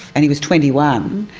and he was twenty one,